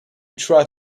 tried